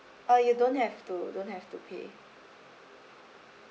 uh you don't have to don't have to pay